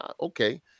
okay